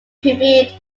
premiered